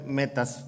metas